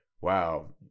wow